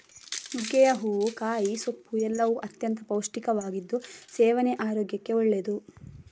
ನುಗ್ಗೆಯ ಹೂವು, ಕಾಯಿ, ಸೊಪ್ಪು ಎಲ್ಲವೂ ಅತ್ಯಂತ ಪೌಷ್ಟಿಕವಾಗಿದ್ದು ಸೇವನೆ ಆರೋಗ್ಯಕ್ಕೆ ಒಳ್ಳೆದ್ದು